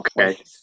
okay